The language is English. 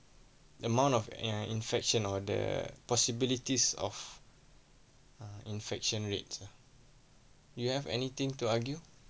the amount of err infection or the possibilities of uh infection rate ah you have anything to argue